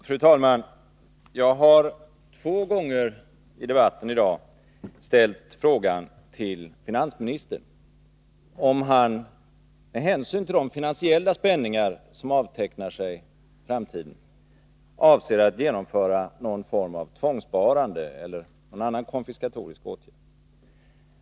Fru talman! Jag har två gånger i debatten i dag ställt frågan till finansministern, om han med hänsyn till de finansiella spänningar som avtecknar sig i framtiden avser att genomföra någon form av tvångssparande eller någon annan konfiskatorisk åtgärd.